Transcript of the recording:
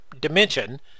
dimension